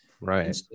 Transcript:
Right